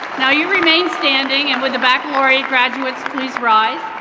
now you remain standing and will the baccalaureate graduates please rise.